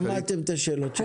שמעתם את השאלות של ח"כ מקלב.